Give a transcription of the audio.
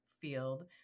field